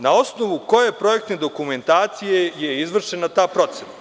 Na osnovu koje projektne dokumentacije je izvršena ta procena?